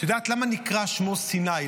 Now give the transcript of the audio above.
את יודעת למה נקרא שמו סיני?